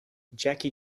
jackie